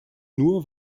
nur